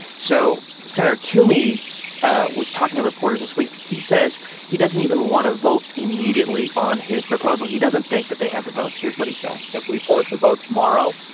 so senator toomey was talking to reporters this week. he says he doesn't even want to vote immediately on his proposal. he doesn't think that they have the votes. here's what he said if we force a vote tomorrow,